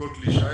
מכל כלי שיט,